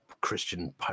Christian